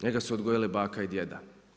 Njega su odgojili baka i djeda.